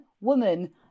woman